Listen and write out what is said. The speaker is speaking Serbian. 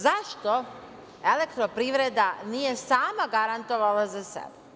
Zašto „Elektroprivreda“ nije sama garantovala za sebe?